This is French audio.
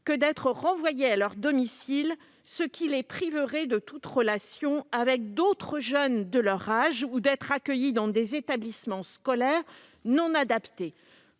que d'être renvoyés à leur domicile, ce qui les priverait de toute relation avec d'autres jeunes de leur âge, ou d'être accueillis dans des établissements scolaires non adaptés.